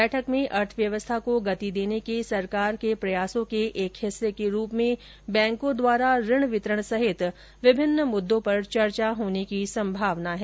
बैठक में अर्थव्यवस्था को गति देने के सरकार के प्रयासों के एक हिस्से के रूप में बैंकों द्वारा ऋण वितरण सहित विभिन्न मुद्दों पर चर्चा होने की संभावना है